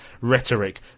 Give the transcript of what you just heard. rhetoric